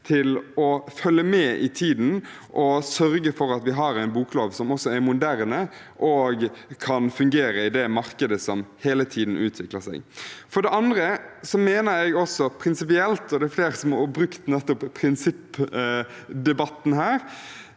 til å følge med i tiden og sørge for at vi har en boklov som er moderne og kan fungere i det markedet som hele tiden utvikler seg. For det andre mener jeg prinsipielt – og det er flere som har nevnt nettopp prinsipp i debatten her